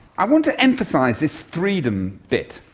i want to emphasise this freedom bit,